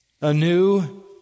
anew